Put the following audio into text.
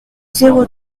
zéro